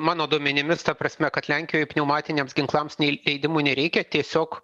mano duomenimis ta prasme kad lenkijoj pneumatiniams ginklams nei leidimų nereikia tiesiog